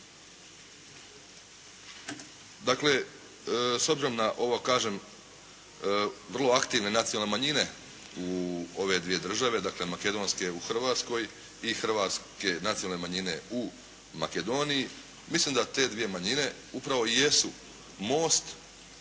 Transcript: Dakle s obzirom na ovo kažem vrlo aktivne nacionalne manjine u ove dvije države, dakle makedonske u Hrvatskoj i hrvatske nacionalne manjine u Makedoniji, mislim da te dvije manjine upravo i jesu most